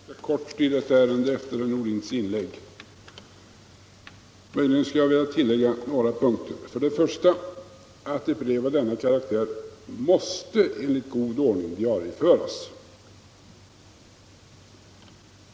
Herr talman! Jag kan fatta mig ganska kort i detta ärende efter herr Nordins inlägg. Möjligen vill jag tillägga några punkter. Ett brev av denna karaktär måste enligt god ordning diarieföras.